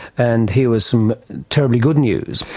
and here was some terribly good news.